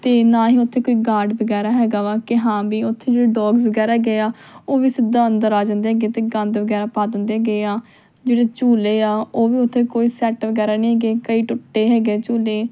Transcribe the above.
ਅਤੇ ਨਾ ਹੀ ਉੱਥੇ ਕੋਈ ਗਾਰਡ ਵਗੈਰਾ ਹੈਗਾ ਵਾ ਕਿ ਹਾਂ ਵੀ ਉੱਥੇ ਜਿਹੜੇ ਡੋਗਸ ਵਗੈਰਾ ਹੈਗੇ ਆ ਉਹ ਵੀ ਸਿੱਧਾ ਅੰਦਰ ਆ ਜਾਂਦੇ ਹੈਗੇ ਅਤੇ ਗੰਦ ਵਗੈਰਾ ਪਾ ਦਿੰਦੇ ਹੈਗੇ ਆ ਜਿਹੜੇ ਝੂਲੇ ਆ ਉਹ ਵੀ ਉੱਥੇ ਕੋਈ ਸੈੱਟ ਵਗੈਰਾ ਨਹੀਂ ਹੈਗੇ ਕਈ ਟੁੱਟੇ ਹੈਗੇ ਆ ਝੂਲੇ